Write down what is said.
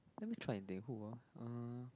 let me try and think who ah uh